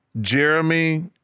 Jeremy